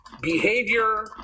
Behavior